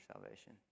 salvation